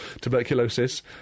Tuberculosis